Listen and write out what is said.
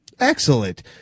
excellent